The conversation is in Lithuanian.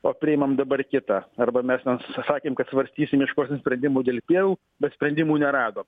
o priimam dabar kitą arba mes sakėm kad svarstysim ieškosim sprendimų dėl pievų bet sprendimų neradom